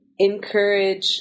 encourage